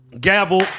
gavel